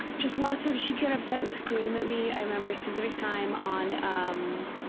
just lots of, she'd get upset and scream at me. i remember a specific time on um